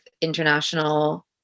international